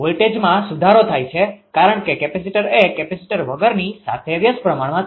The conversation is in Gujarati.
વોલ્ટેજમાં સુધારો થાય છે કારણ કે કેપેસિટર એ કેપેસીટર વગરની સાથે વ્યસ્ત પ્રમાણમાં છે